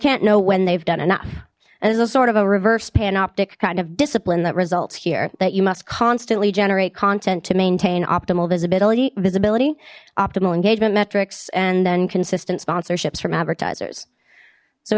can't know when they've done enough and there's a sort of a reverse span optic kind of discipline that results here that you must constantly generate content to maintain optimal visibility visibility optimal engagement metrics and then consistent sponsorships from advertisers so